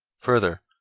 further,